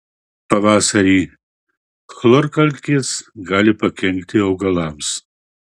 pavasarį chlorkalkės gali pakenkti augalams